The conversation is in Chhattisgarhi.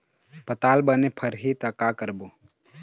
पताल बने फरही का करबो?